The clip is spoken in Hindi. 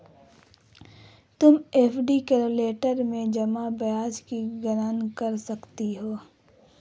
तुम एफ.डी कैलक्यूलेटर में जमा ब्याज की गणना कर सकती हो